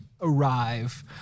arrive